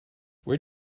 where